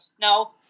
no